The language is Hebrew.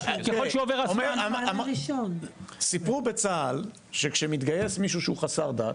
ככל שעובר הזמן --- סיפרו בצה"ל שכשמתגייס מישהו שהוא חסר דת,